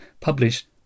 published